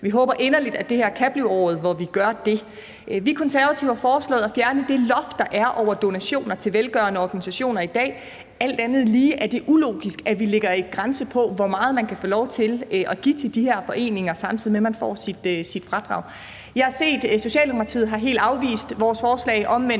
Vi håber inderligt, at det her kan blive året, hvor vi gør det. Vi Konservative har foreslået at fjerne det loft, der er over donationer til velgørende organisationer i dag. Alt andet lige er det ulogisk, at vi lægger en grænse på, hvor meget man kan få lov til at give til de her foreninger, samtidig med at man får sit fradrag.